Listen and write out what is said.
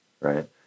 right